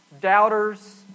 doubters